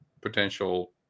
potential